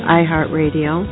iHeartRadio